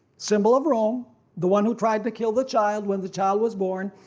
symbol of rome the one who tried to kill the child when the child was born.